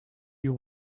you